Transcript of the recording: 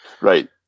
Right